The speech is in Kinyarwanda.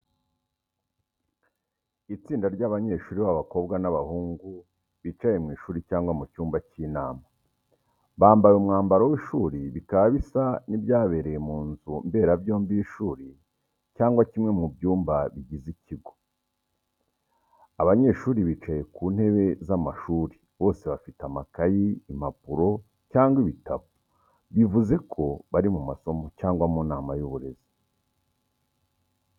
Itsinda ry'abanyeshuri b'abakobwa n'abahungu bicaye mu ishuri cyangwa mu cyumba cy'inama, bambaye umwambaro w’ishuri bikaba bisa n’ibyabereye mu nzu mbera byombi y'ishuri cyangwa kimwe mu byumba bigize ikigo. Abanyeshuri bicaye ku ntebe z’amashuri bose bafite amakayi, impapuro cyangwa ibitabo bivuze ko bari mu masomo cyangwa mu nama y’uburezi.